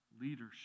leadership